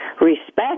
respect